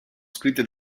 scritte